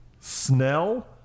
Snell